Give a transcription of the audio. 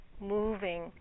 moving